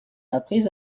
après